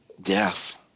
Death